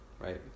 right